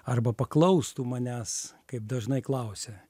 arba paklaustų manęs kaip dažnai klausia